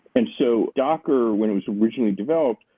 and so docker, when it was originally developed,